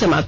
समाप्त